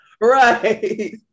Right